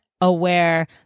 aware